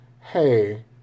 Hey